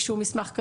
מסמך.